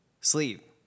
sleep